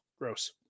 gross